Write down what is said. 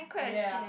ya